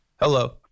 Hello